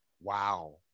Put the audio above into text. Wow